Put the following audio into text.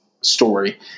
story